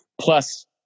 Plus